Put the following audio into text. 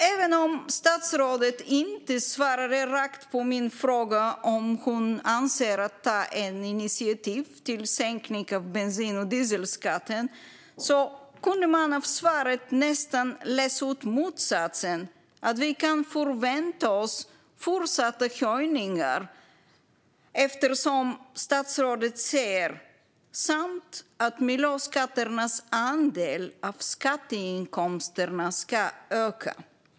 Även om statsrådet inte gav ett rakt svar på min fråga om hon avser att ta initiativ till en sänkning av bensin och dieselskatten kan jag av svaret nästan läsa ut motsatsen; vi kan förvänta oss fortsatta höjningar. Statsrådet säger "samt att miljöskatternas andel av skatteinkomsterna ska öka".